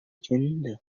жөнүндө